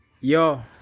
yo